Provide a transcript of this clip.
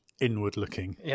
inward-looking